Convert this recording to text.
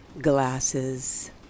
glasses